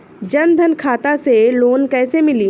जन धन खाता से लोन कैसे मिली?